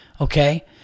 okay